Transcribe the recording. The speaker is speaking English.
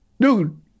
Dude